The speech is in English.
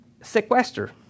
sequester